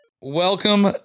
Welcome